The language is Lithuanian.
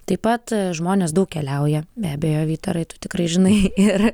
taip pat žmonės daug keliauja neabejoju vytarai tu tikrai žinai ir